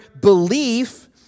belief